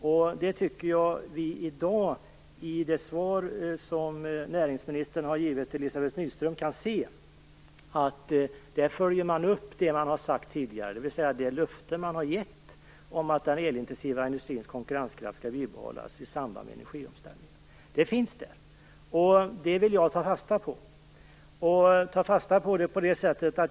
På den punkten kan vi se att näringsministern i det svar som han har givit Elizabeth Nyström följer upp det han sagt tidigare, dvs. det löfte som har givits om att den elintensiva industrins konkurrenskraft skall bibehållas i samband med energiomställningen. Detta finns med i svaret, och det vill jag ta fasta på.